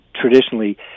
traditionally